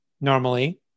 normally